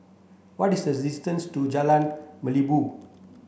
what is the distance to Jalan Merlimau